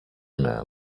man